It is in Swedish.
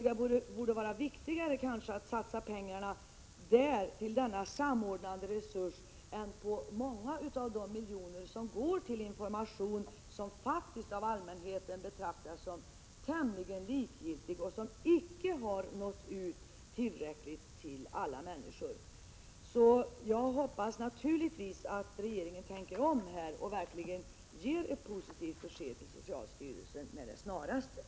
Det vore viktigare att satsa pengarna på denna samordnade resurs än att lägga dem till de många miljonerna på information, som faktiskt av allmänheten betraktas som tämligen likgiltig och som inte har nått ut tillräckligt till alla människor. Jag hoppas naturligtvis att regeringen tänker om och med det snaraste ger ett positivt besked till socialstyrelsen.